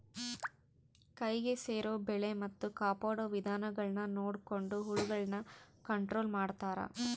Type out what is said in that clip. ಕೈಗೆ ಸೇರೊ ಬೆಳೆ ಮತ್ತೆ ಕಾಪಾಡೊ ವಿಧಾನಗುಳ್ನ ನೊಡಕೊಂಡು ಹುಳಗುಳ್ನ ಕಂಟ್ರೊಲು ಮಾಡ್ತಾರಾ